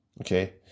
Okay